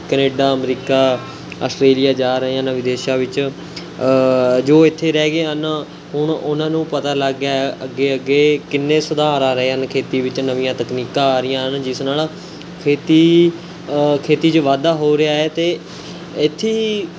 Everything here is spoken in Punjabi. ਕਨੇਡਾ ਅਮਰੀਕਾ ਆਸਟ੍ਰੇਲੀਆ ਜਾ ਰਹੇ ਹਨ ਵਿਦੇਸ਼ਾਂ ਵਿੱਚ ਜੋ ਇੱਥੇ ਰਹਿ ਗਏ ਹਨ ਹੁਣ ਉਹਨਾਂ ਨੂੰ ਪਤਾ ਲੱਗ ਗਿਆ ਹੈ ਅੱਗੇ ਅੱਗੇ ਕਿੰਨੇ ਸੁਧਾਰ ਆ ਰਹੇ ਹਨ ਖੇਤੀ ਵਿੱਚ ਨਵੀਆਂ ਤਕਨੀਕਾਂ ਆ ਰਹੀਆਂ ਹਨ ਜਿਸ ਨਾਲ ਖੇਤੀ ਖੇਤੀ 'ਚ ਵਾਧਾ ਹੋ ਰਿਹਾ ਹੈ ਅਤੇ ਇੱਥੇ ਹੀ